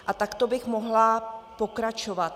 A takto bych mohla pokračovat.